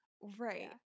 Right